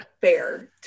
fair